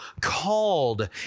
called